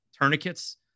tourniquets